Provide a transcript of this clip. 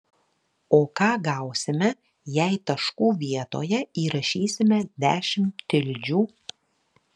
o ką gausime jei taškų vietoje įrašysime dešimt tildžių